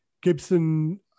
Gibson